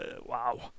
wow